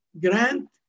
Grant